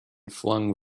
flung